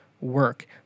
work